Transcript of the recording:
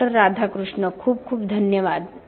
राधाकृष्ण खूप खूप धन्यवाद डॉ